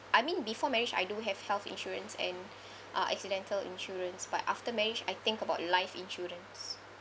I mean before marriage I do have health insurance and uh accidental insurance but after marriage I think about life insurance